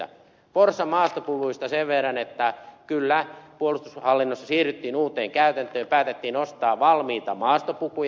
forssan maastopuvuista sen verran että kyllä puolustushallinnossa siirryttiin uuteen käytäntöön päätettiin ostaa valmiita maastopukuja